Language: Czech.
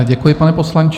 Děkuji, pane poslanče.